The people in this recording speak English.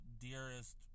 dearest